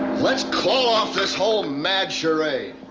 let's call off this whole mad charade.